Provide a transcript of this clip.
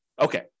Okay